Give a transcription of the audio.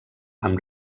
amb